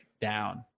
down